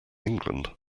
england